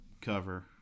cover